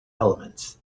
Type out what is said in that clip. elements